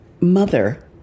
mother